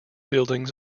buildings